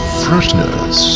freshness